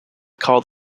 called